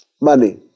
Money